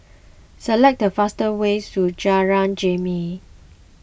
select the fastest ways to Jalan Jermin